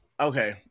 Okay